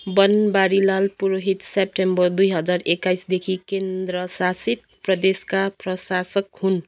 बनबारीलाल पुरोहित सेप्टेम्बर दुई हजार एक्काइसदेखि केन्द्र शासित प्रदेशका प्रशासक हुन्